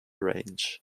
range